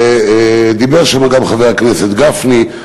ודיבר שם גם חבר הכנסת גפני,